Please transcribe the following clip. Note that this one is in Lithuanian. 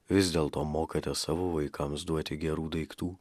vis dėlto mokate savo vaikams duoti gerų daiktų